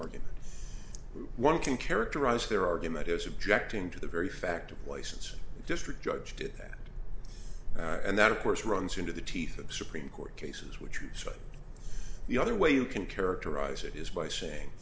argument one can characterize their argument is objecting to the very fact license district judge did that and that of course runs into the teeth of supreme court cases which are so the other way you can characterize it is by saying